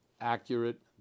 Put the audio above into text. accurate